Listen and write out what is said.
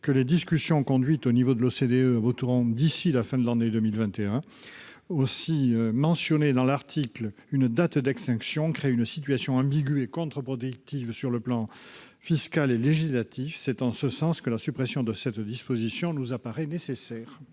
que les discussions conduites au niveau de l'OCDE aboutiront d'ici à la fin de l'année 2021. Aussi, mentionner dans l'article une date d'extinction crée une situation ambiguë et contre-productive sur les plans fiscal et législatif. C'est en ce sens que la suppression de cette disposition nous apparaît nécessaire.